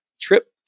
trip